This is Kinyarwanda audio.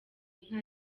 inka